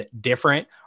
different